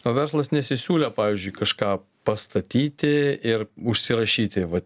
o verslas nesisiūlė pavyzdžiui kažką pastatyti ir užsirašyti va